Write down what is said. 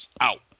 out